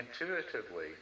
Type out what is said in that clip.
intuitively